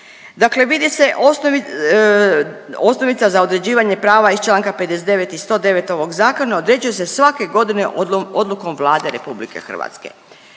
Dakle vidi se osnovi…, osnovica za određivanje prava iz čl. 59. i 109. ovog zakona određuje se svake godine odlukom Vlade RH.